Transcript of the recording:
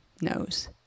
knows